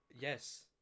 Yes